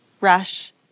rush